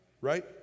right